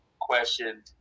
question